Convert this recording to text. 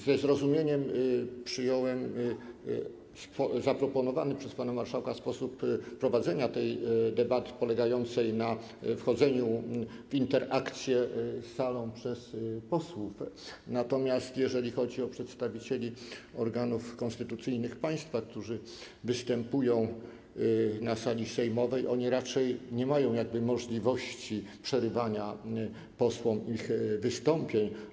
Ze zrozumieniem przyjąłem zaproponowany przez pana marszałka sposób prowadzenia tej debaty, polegający na wchodzeniu przez posłów w interakcje z salą, natomiast jeżeli chodzi o przedstawicieli organów konstytucyjnych państwa, którzy występują na sali sejmowej, to oni raczej nie mają możliwości przerywania posłom ich wystąpień.